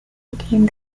retained